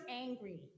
angry